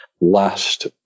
last